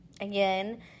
Again